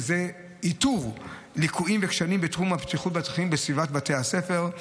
איתור ליקויים וכשלים בתחום הבטיחות בדרכים בסביבת בתי הספר.